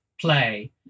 play